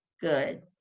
good